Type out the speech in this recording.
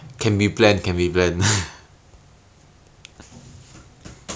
is it's something like ranetten [what] 你不觉得 meh